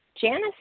Janice